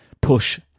push